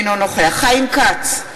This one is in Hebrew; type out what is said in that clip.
אינו נוכח חיים כץ,